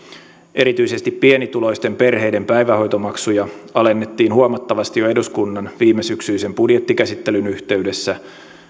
erityisesti pienituloisten perheiden päivähoitomaksuja alennettiin huomattavasti jo eduskunnan viimesyksyisen budjettikäsittelyn yhteydessä